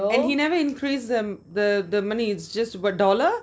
and he never increase the~ the the money is just one dollar